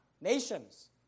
Nations